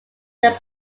then